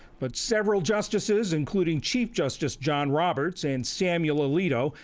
but several justices, including chief justice john roberts and samuel alito,